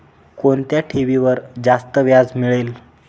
कोणत्या ठेवीवर जास्त व्याज मिळेल?